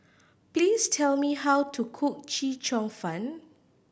please tell me how to cook Chee Cheong Fun